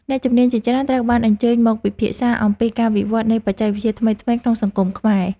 អ្នកជំនាញជាច្រើនត្រូវបានអញ្ជើញមកពិភាក្សាអំពីការវិវត្តនៃបច្ចេកវិទ្យាថ្មីៗក្នុងសង្គមខ្មែរ។